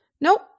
Nope